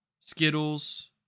Skittles